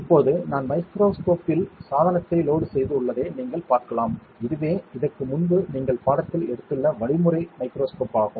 இப்போது நான் மைக்ரோஸ்கோப் இல் சாதனத்தை லோடு செய்து உள்ளதை நீங்கள் பார்க்கலாம் இதுவே இதற்கு முன்பு நீங்கள் பாடத்தில் எடுத்துள்ள வழிமுறை மைக்ரோஸ்கோப் ஆகும்